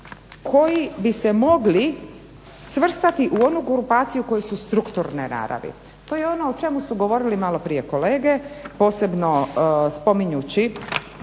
koji bi se mogli svrstati u onu grupaciju koje su strukturne naravi. To je ono o čemu su govorili malo prije kolege, posebno spominjući